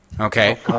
okay